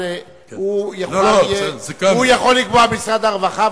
הוא יכול לקבוע במשרד הרווחה,